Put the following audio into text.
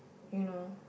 you know